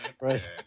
Right